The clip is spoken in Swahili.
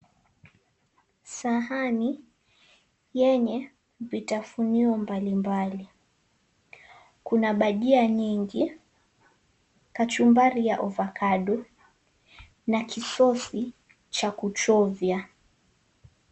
Sahani, yenye vitafunio mbalimbali. Kuna bajia nyingi, kachumbari ya ovakado na kisosi cha kuchovya.